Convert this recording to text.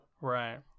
Right